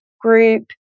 group